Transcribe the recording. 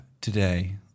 today